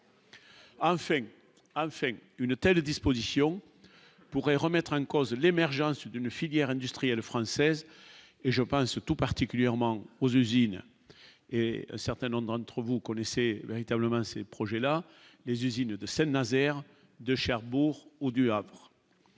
a fait une telle disposition pourrait remettre en cause l'émergence d'une filière industrielle française et je pense tout particulièrement aux usines et un certain nombre d'entre vous connaissez véritablement ces projets-là, les usines de sel Nazaire de Cherbourg ou du Havre,